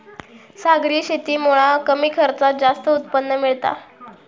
सागरी शेतीमुळा कमी खर्चात जास्त उत्पन्न मिळता